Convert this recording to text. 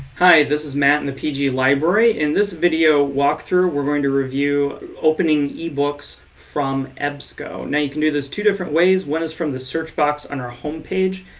hi, this is matt in the pg library and in this video walkthrough we're going to review opening ebooks from ebsco. now you can do this two different ways, one is from the search box on our homepage,